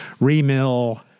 re-mill